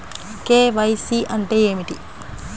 KYC అంటే ఏమిటి?